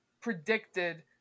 predicted